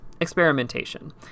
Experimentation